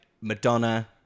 Madonna